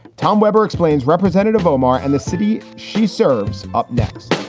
tom weber explains. representative omar and the city she serves, up next